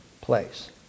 place